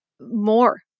more